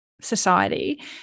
society